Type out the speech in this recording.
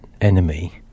enemy